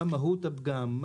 מה מהות הפגם,